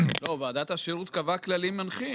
לא, ועדת השירות קבעה כללים מנחים